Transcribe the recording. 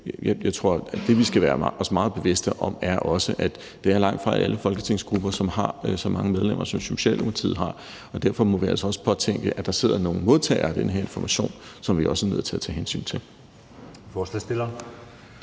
jeg tror, at det, vi skal være meget bevidste om, er, at det langtfra er alle folketingsgrupper, der har så mange medlemmer, som Socialdemokratiet har, og derfor må vi altså også tænke på, at der sidder nogle modtagere af den her information, som vi også er nødt til at tage hensyn til.